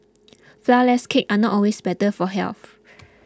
Flourless Cakes are not always better for health